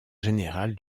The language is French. général